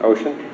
Ocean